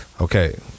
Okay